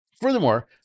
Furthermore